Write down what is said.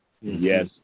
Yes